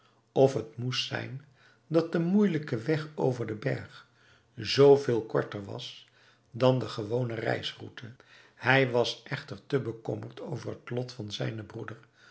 of het moest zijn dat de moeijelijke weg over den berg zoo veel korter was dan de gewone reisroute hij was echter te bekommerd over het lot van zijnen broeder